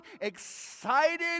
excited